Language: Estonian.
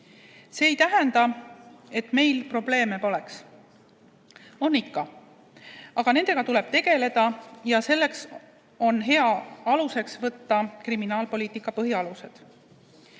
See ei tähenda, et meil probleeme pole. On ikka. Aga nendega tuleb tegeleda ja selleks on hea aluseks võtta kriminaalpoliitika põhialused.